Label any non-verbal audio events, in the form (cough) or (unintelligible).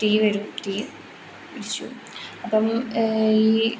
തീ വരും തീ (unintelligible) അപ്പം (unintelligible) ഈ